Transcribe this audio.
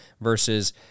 versus